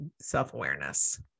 self-awareness